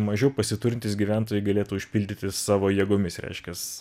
mažiau pasiturintys gyventojai galėtų užpildyti savo jėgomis reiškias